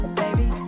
baby